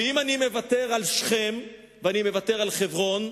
ואם אני מוותר על שכם ואני מוותר על חברון,